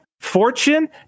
fortune